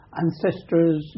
ancestors